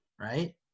right